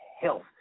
health